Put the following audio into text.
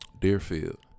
Deerfield